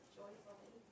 joyfully